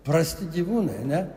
prasti gyvūnai ane